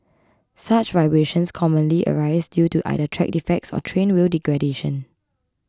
such vibrations commonly arise due to either track defects or train wheel degradation